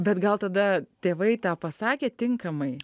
bet gal tada tėvai tą pasakė tinkamai